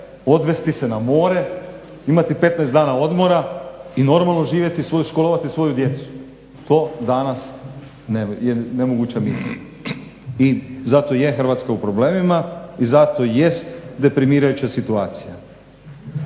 odvesti se na more, imati 15 dana odmora i normalno živjeti, školovati svoju djecu. To je danas nemoguća misija. I zato je Hrvatska u problemima i zato jest deprimirajuća situacija.